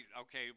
Okay